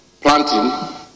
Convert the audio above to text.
planting